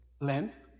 Length